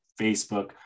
Facebook